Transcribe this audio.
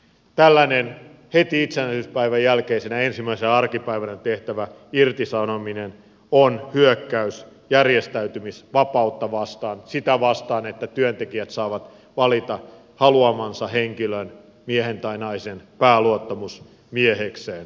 tällainen heti itsenäisyyspäivän jälkeisenä ensimmäisenä arkipäivänä tehtävä irtisanominen on hyökkäys järjestäytymisvapautta vastaan sitä vastaan että työntekijät saavat valita haluamansa henkilön miehen tai naisen pääluottamusmiehekseen